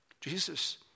Jesus